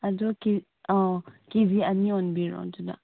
ꯑꯗꯨ ꯀꯦꯖꯤ ꯑꯅꯤ ꯑꯣꯟꯕꯤꯔꯣ ꯑꯗꯨꯗ